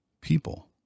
people